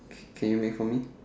c~ can you make for me